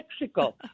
Mexico